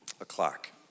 o'clock